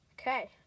Okay